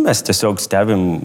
mes tiesiog stebim